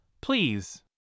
please